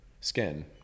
skin